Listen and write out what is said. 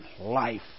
life